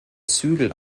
zügel